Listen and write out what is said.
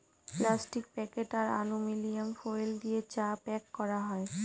plastic packet আর aluminium foil দিয়ে চা প্যাক করা যায়